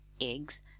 eggs